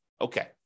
okay